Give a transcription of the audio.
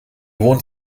wohnen